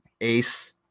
Ace